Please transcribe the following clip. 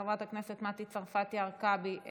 חברת הכנסת מטי צרפתי הרכבי,